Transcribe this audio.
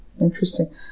interesting